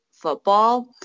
football